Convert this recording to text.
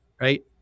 right